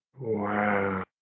Wow